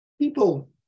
people